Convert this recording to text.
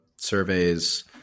surveys